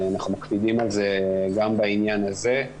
אנחנו מקפידים על זה גם בעניין הזה.